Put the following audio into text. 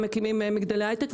מקימים מגדלי הייטק,